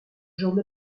journée